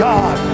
God